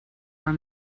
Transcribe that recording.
were